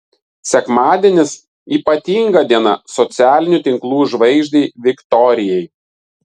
sekmadienis ypatinga diena socialinių tinklų žvaigždei viktorijai